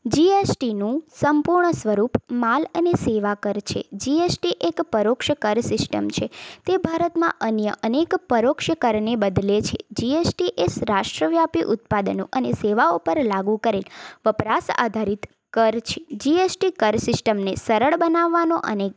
જી S T નું સંપૂર્ણ સ્વરૂપ માલ અને સેવા કર છે જીએસટી એક પરોક્ષ કર સિસ્ટમ છે તે ભારતમાં અન્ય અનેક પરોક્ષ કરને બદલે છે જી એસ ટી એ રાષ્ટ્રવ્યાપી ઉત્પાદનો અને સેવાઓ ઉપર લાગુ કરેલ વપરાશ આધારિત કર છે જી એસ ટી કર સિસ્ટમને સરળ બનાવવાનો અને